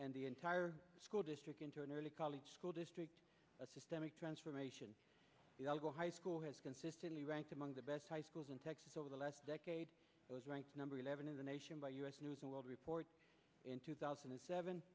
and the entire school district into an early college school district a systemic transformation the algo high school has consistently ranked among the best high schools in texas over the last decade was ranked number eleven in the nation by u s news and world report in two thousand and seven